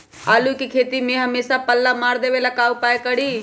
आलू के खेती में हमेसा पल्ला मार देवे ला का उपाय करी?